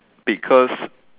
because